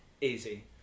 easy